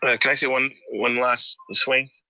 ah can i say one one last swing?